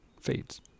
fades